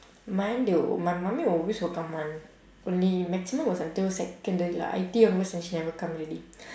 mine though my mummy will always will come [one] only maximum was until secondary lah I_T_E onwards then she never come already